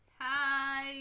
hi